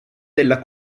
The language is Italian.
della